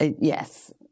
yes